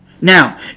Now